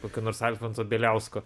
kokio nors alfonso bieliausko